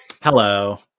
hello